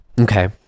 Okay